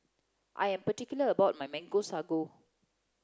I am particular about my mango sago